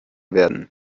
werden